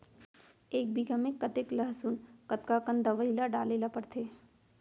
एक बीघा में कतेक लहसुन कतका कन दवई ल डाले ल पड़थे?